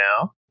now